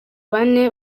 bane